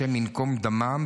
השם ייקום דמם,